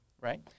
right